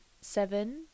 seven